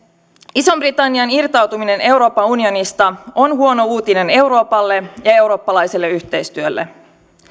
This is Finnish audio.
ison britannian irtautuminen euroopan unionista on huono uutinen euroopalle ja eurooppalaiselle yhteistyölle